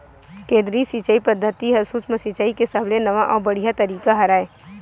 केदरीय सिचई पद्यति ह सुक्ष्म सिचाई के सबले नवा अउ बड़िहा तरीका हरय